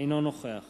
אינו נוכח